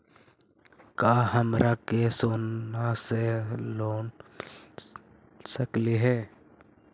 का हमरा के सोना से लोन मिल सकली हे?